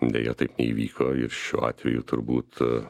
deja taip neįvyko ir šiuo atveju turbūt